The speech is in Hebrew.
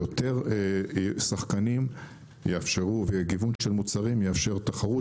ויותר שחקנים וגיוון של מוצרים יאפשרו תחרות